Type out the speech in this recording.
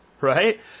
right